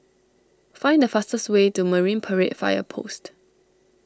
find the fastest way to Marine Parade Fire Post